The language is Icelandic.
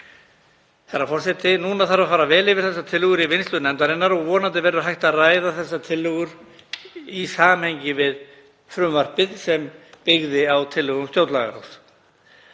Herra forseti. Núna þarf að fara vel yfir þessar tillögur í vinnslu nefndarinnar og vonandi verður hægt að ræða þær í samhengi við frumvarpið sem byggðist á tillögum stjórnlagaráðs.